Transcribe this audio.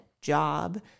job